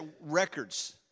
records